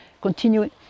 continuing